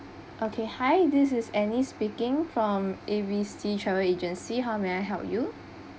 okay hi this is annie speaking from A B C travel agency how may I help you